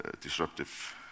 disruptive